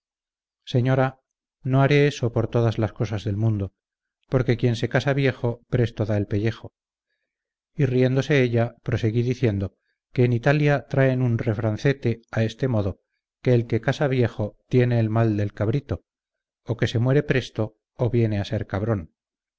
señora no haré eso por todas las cosas del mundo porque quien se casa viejo presto da el pellejo y riéndose ella proseguí diciendo que en italia traen un refrancete a este modo que el que casa viejo tiene el mal del cabrito o que se muere presto o viene a ser cabrón